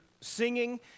singing